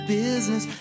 business